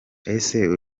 ese